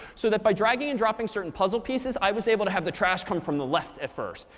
so that by dragging and dropping certain puzzle pieces, i was able to have the trash come from the left at first.